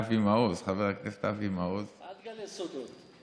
חבר הכנסת אבי מעוז, אל תגלה סודות.